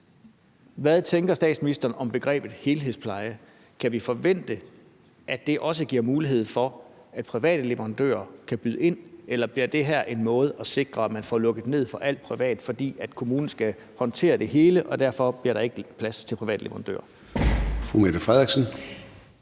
Hvad tænker statsministeren om begrebet helhedspleje? Kan vi forvente, at det også giver mulighed for, at private leverandører kan byde ind, eller bliver det her en måde til at sikre, at man får lukket ned for alt det private, fordi kommunen skal håndtere det hele og der derfor ikke bliver plads til private leverandører?